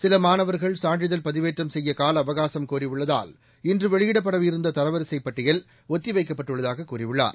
சில மாணவர்கள் சான்றிதழ் பதிவேற்றம் செய்ய காலஅவகாசம் கோரியுள்ளதால் இன்று வெளியிடப்படவிருந்த தரவரிசை பட்டியல் ஒத்தி வைக்கப்பட்டுள்ளதாக கூறியுள்ளார்